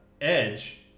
Edge